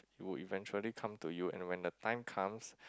it will eventually come to you and when the time comes